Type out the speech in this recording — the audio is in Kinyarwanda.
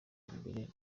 mbere